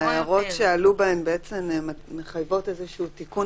שההוראות שעלו בהן מחייבות תיקון